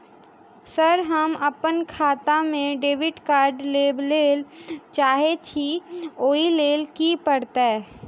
Sir हम अप्पन खाता मे डेबिट कार्ड लेबलेल चाहे छी ओई लेल की परतै?